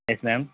yes ma'am